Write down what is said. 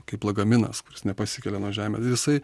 kaip lagaminas kuris nepasikelia nuo žemės ir jisai